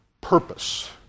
purpose